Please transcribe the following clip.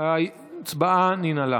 ההצבעה ננעלה.